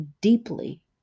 deeply